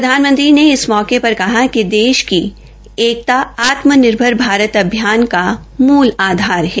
प्रधानमंत्री ने इस मौके पर देश की एकता आत्मनिर्भर भारत अभियान का मूल आधार है